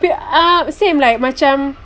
uh same like macam